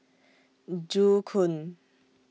Joo Koon